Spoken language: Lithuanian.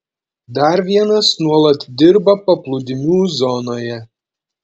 dar vienas nuolat dirba paplūdimių zonoje